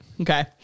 Okay